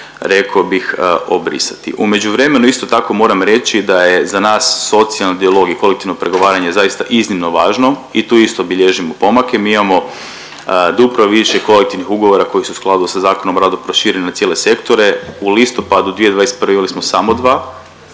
rekao bih, obrisati. U međuvremenu, isto tako moram reći da je za nas socijalni dijalog i kolektivno pregovaranje zaista iznimno važno i tu isto bilježimo pomake, mi imamo duplo više kolektivnih ugovora koji su u skladu sa Zakonom o radu prošireni na cijele sektore. U listopadu 2021. imali smo samo 2,